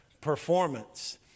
performance